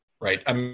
Right